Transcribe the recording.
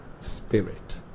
spirit